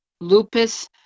lupus